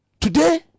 Today